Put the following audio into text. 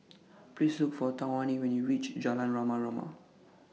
Please Look For Tawanna when YOU REACH Jalan Rama Rama